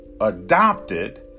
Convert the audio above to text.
adopted